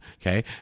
okay